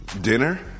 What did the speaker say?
Dinner